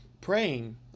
praying